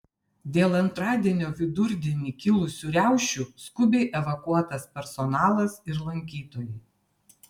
dėl antradienio vidurdienį kilusių riaušių skubiai evakuotas personalas ir lankytojai